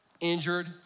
injured